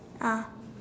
ah